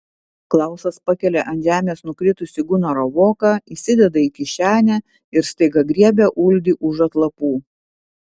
klausas pakelia ant žemės nukritusį gunaro voką įsideda į kišenę ir staiga griebia uldį už atlapų